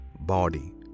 body